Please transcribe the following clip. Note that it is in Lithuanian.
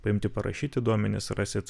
paimti parašyti duomenis rasit